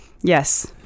Yes